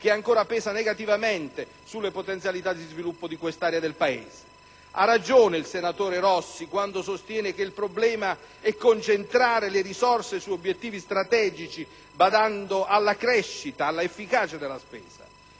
che ancora pesa negativamente sulle potenzialità di sviluppo di quest'area del Paese. Ha ragione il senatore Nicola Rossi quando sostiene che il problema è concentrare le risorse su obiettivi strategici, badando alla crescita e all'efficacia della spesa.